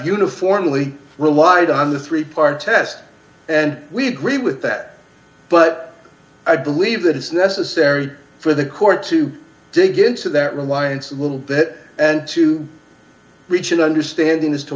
uniformly relied on the three part test and we agree with that but i believe that it's necessary for the court to dig into that reliance a little bit and to reach an understanding as to